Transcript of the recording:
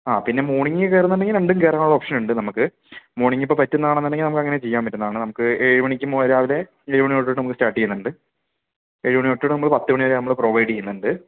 ആ പിന്നെ മോർണിംഗ് കയറുന്നുണ്ടെങ്കിൽ രണ്ടും കയറണ ഓപ്ഷൻ ഉണ്ട് നമുക്ക് മോർണിംഗ് ഇപ്പം പറ്റുന്നതാണെന്നുണ്ടെങ്കിൽ നമുക്കങ്ങനെ ചെയ്യാൻ പറ്റുന്നതാണ് നമുക്ക് ഏഴു മണിക്കും രാവിലെ ഏഴു മണി തൊട്ടിട്ട് നമ്മൾ സ്റ്റാർട്ട് ചെയ്യുന്നുണ്ട് ഏഴു മണി തൊട്ട് നമ്മൾ പത്ത് മണി വരെ നമ്മൾ പ്രൊവൈഡ് ചെയ്യുന്നുണ്ട്